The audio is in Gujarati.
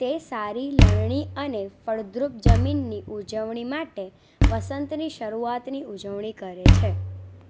તે સારી લણણી અને ફળદ્રુપ જમીનની ઉજવણી માટે વસંતની શરૂઆતની ઉજવણી કરે છે